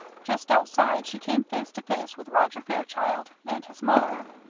just outside, she came face to face with roger fairchild and his mother.